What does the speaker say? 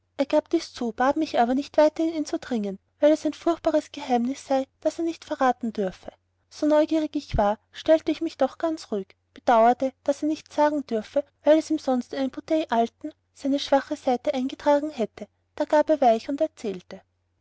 er gab dies zu bat mich aber nicht weiter in ihn zu dringen weil es ein furchtbares geheimnis sei das er nicht verraten dürfe so neugierig ich war stellte ich mich doch ganz ruhig bedauerte daß er nichts sagen dürfe weil es ihm sonst eine bouteille alten seine schwache seite eingetragen hätte da gab er weich und erzählte nun